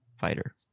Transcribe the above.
fighter